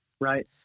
right